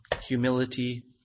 humility